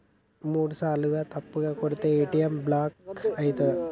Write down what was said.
మూడుసార్ల తప్పుగా కొడితే ఏ.టి.ఎమ్ బ్లాక్ ఐతదా?